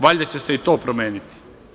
Valjda će se i to promeniti.